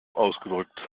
ausgedrückt